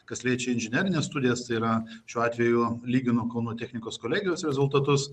kas liečia inžinerines studijas tai yra šiuo atveju lyginu kauno technikos kolegijos rezultatus